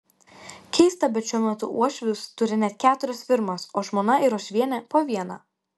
keista bet šiuo metu uošvis turi net keturias firmas o žmona ir uošvienė po vieną